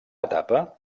etapa